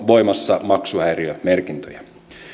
voimassa maksuhäiriömerkintöjä